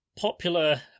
popular